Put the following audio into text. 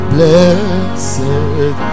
Blessed